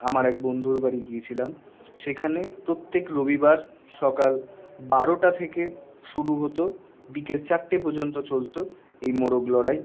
আমার এক বন্ধুর বাড়ি গিয়েছিলাম সেখানে প্রত্যেক রবিবার সকাল বারোটা থেকে শুরু হতো বিকেল চারটে পর্যন্ত চলতো এই মোরগ লড়াই